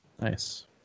Nice